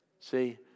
See